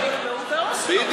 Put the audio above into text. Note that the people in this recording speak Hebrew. זה היה באוסלו, לא.